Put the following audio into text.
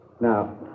Now